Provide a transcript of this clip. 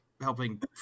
Helping